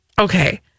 Okay